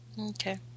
Okay